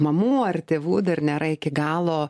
mamų ar tėvų dar nėra iki galo